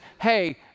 hey